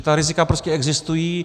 Ta rizika prostě existují.